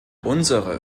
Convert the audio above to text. unsere